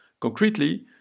Concretely